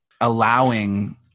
allowing